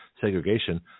Segregation